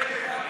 להצביע על